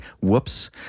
whoops